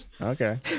Okay